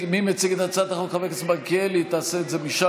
מציג את הצעת החוק חבר הכנסת מלכיאלי, בבקשה.